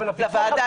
לוועדה.